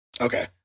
Okay